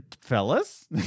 fellas